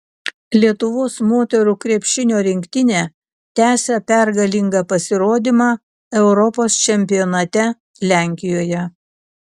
lietuvos moterų krepšinio rinktinė tęsia pergalingą pasirodymą europos čempionate lenkijoje